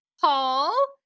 Paul